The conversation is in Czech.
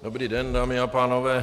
Dobrý den, dámy a pánové.